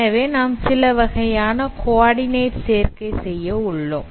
எனவே நாம் சில வகையான குவடிநெட் சேர்க்கை செய்ய உள்ளோம்